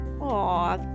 Aw